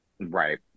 Right